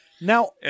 Now